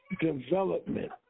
development